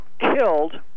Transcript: killed